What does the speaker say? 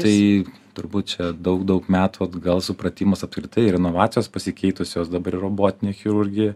tai turbūt čia daug daug metų atgal supratimas apskritai renovacijos pasikeitusios dabar robotinė chirurgiją